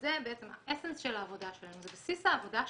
שזה האסנס של העבודה שלנו, זה בסיס העבודה שלנו,